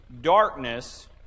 darkness